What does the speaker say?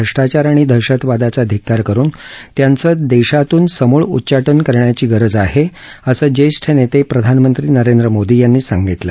भ्रष्टाचार आणि दहशतवादाचा धिक्कार करून त्यांचं देशातून समूळ उच्चाटन करण्याची गरज आहे असं ज्येष्ठ नेते आणि प्रधानमंत्री नरेंद्र मोदी यांनी सांगितलं